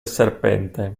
serpente